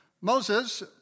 Moses